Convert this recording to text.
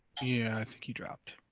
yeah. i think he dropped.